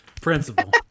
principle